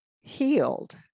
healed